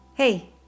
Hey